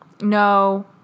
no